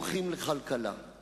איזו תזזית אחזה אותך.